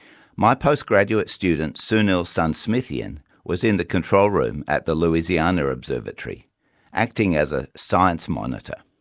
my postgraduate student sunil sunsmithian was in the control room at the louisiana observatory acting as a science monitor.